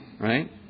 right